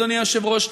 אדוני היושב-ראש,